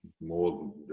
more